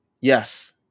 yes